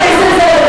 חבר הכנסת נסים זאב,